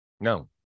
No